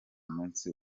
munsi